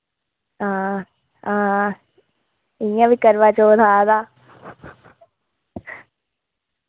हां हां इ'य्यां वी करवाचौथ आ दा